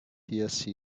bishop